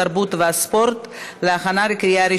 התרבות והספורט נתקבלה.